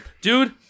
dude